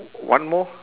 one more